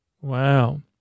wow